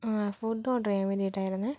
food order ചെയ്യാൻ വേണ്ടിയിട്ടായിരുന്നേ